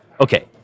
okay